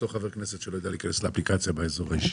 אני אותו חבר כנסת שלא יודע להיכנס לאפליקציה באזור האישי.